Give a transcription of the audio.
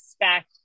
expect